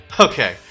Okay